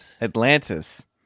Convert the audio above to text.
Atlantis